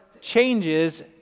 changes